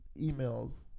emails